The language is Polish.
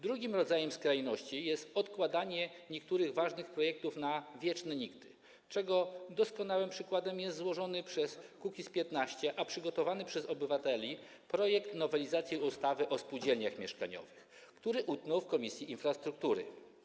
Drugim rodzajem skrajności jest odkładanie niektórych ważnych projektów na wieczne nigdy, czego doskonałym przykładem jest złożony przez klub Kukiz’15, a przygotowany przez obywateli projekt nowelizacji ustawy o spółdzielniach mieszkaniowych, który utknął w Komisji Infrastruktury.